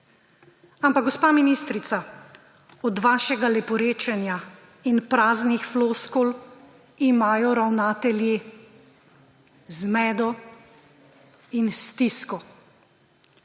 Ampak, gospa ministrica, od vašega leporečenja in praznih floskul imajo ravnatelji zmedo in stisko,